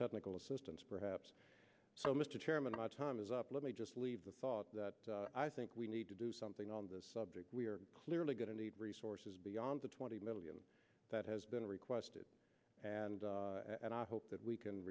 technical assistance perhaps so mr chairman my time is up let me just leave the thought that i think we need to do something on this subject we are clearly going to need resources beyond the twenty million that has been requested and i hope that we can